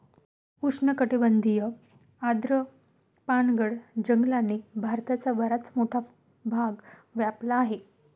उष्णकटिबंधीय आर्द्र पानगळ जंगलांनी भारताचा बराच मोठा भाग व्यापला आहे